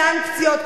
סנקציות,